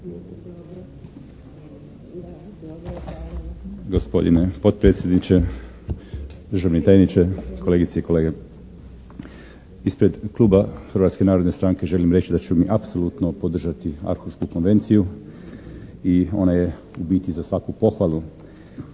Gospodine potpredsjedniče, državni tajniče, kolegice i kolege. Ispred kluba Hrvatske narodne stranke želim reći da ćemo mi apsolutno podržati Arhušku konvenciju i ona je u biti za svaku pohvalu.